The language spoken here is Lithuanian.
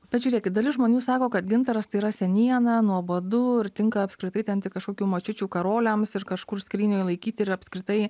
bet žiūrėkit dalis žmonių sako kad gintaras tai yra seniena nuobodu ir tinka apskritai ten tik kažkokių močiučių karoliams ir kažkur skrynioj laikyt ir apskritai